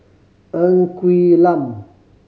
Ng Quee Lam